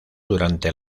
durante